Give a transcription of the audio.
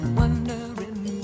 wondering